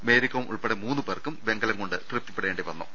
മേരികോം ഉൾപ്പെടെ മൂന്നുപേർക്കും വെങ്കലം കൊണ്ട് തൃപ്തിപ്പെ ടേണ്ടിവന്നു